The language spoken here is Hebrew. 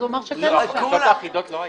אז הוא אמר שכן אפשר --- החפיסות האחידות לא היו.